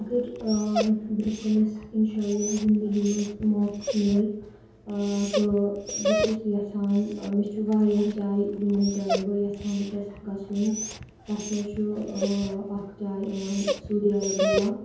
اَگر برٛونٛہہ کُنَس اِنشاء اَللہ زِنٛدَگِی منٛز موقعہٕ مِیوٗل آ تہٕ بہٕ چھس یَژھان مےٚ چھُ واریاہ جایہِ یِمَن جایَن بہٕ یَژھان چھس گَژھُن تَتھ منٛز چھُ اَکھ جاے یِوَان سعوٗدِی عَربِیا